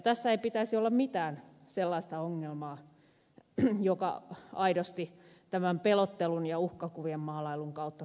tässä ei pitäisi olla mitään sellaista ongelmaa joka aidosti tämän pelottelun ja uhkakuvien maalailun kautta toteutuisi